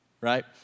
right